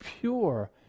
pure